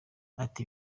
ati